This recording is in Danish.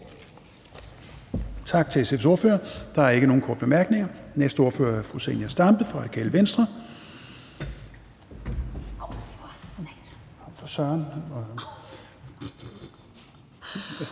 Tak til SF's ordfører. Der er ikke nogen korte bemærkninger. Og den næste ordfører er fru Zenia Stampe fra Radikale Venstre.